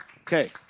Okay